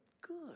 Good